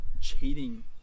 cheating